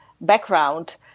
background